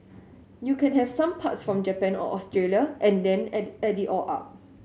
you can have some parts from Japan or Australia and then add it add it all up